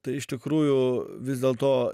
tai iš tikrųjų vis dėl to